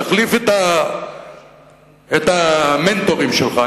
תחליף את המנטורים שלך.